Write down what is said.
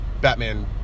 Batman